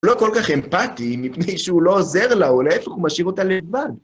לא כל כך אמפתי, מפני שהוא לא עוזר לה, או להיפך, הוא משאיר אותה לבד.